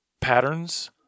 patterns